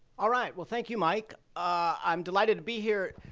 all right. well, thank you, mike. i'm delighted to be here.